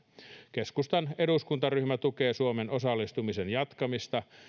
keskustan eduskuntaryhmä tukee suomen osallistumisen jatkamista